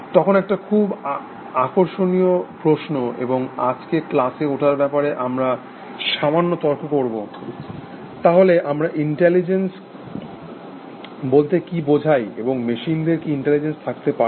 এখন একটা খুব আকর্ষণীয় প্রশ্ন এবং আজকে ক্লাসে ওটার ব্যাপারে আমরা সামান্য তর্ক করব তাহল আমরা ইন্টেলিজেন্স বলতে কি বোঝাই এবং মেশিনদের কি ইন্টেলিজেন্স থাকতে পারে